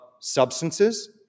substances